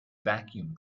vacuum